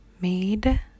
made